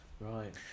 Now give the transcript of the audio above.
Right